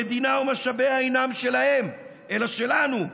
המדינה ומשאביה אינן שלהם אלא שלנו,